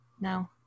No